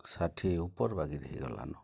ଷାଠିଏ ଉପର ବାଗିର ହୋଇଗଲା ନୁ